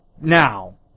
now